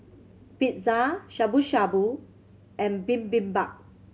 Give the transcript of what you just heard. Pizza Shabu Shabu and Bibimbap